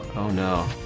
oh no